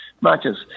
matches